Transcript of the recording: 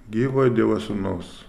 gyvojo dievo sūnus